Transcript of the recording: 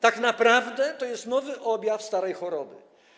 Tak naprawdę to jest nowy objaw starej choroby.